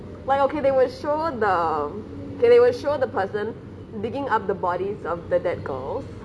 like okay they would show the okay they would show the person digging up the bodies of the dead girls